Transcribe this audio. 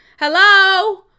Hello